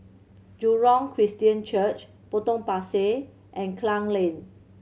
Jurong Christian Church Potong Pasir and Klang Lane